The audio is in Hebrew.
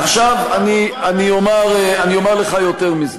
עכשיו אני אומר לך יותר מזה,